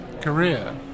career